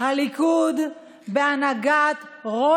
בבקשה לא להפריע.